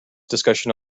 discussion